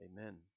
Amen